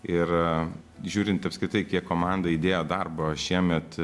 ir žiūrint apskritai kiek komanda įdėjo darbo šiemet